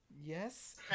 Yes